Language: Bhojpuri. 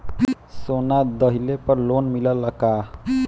सोना दहिले पर लोन मिलल का?